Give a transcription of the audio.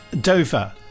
Dover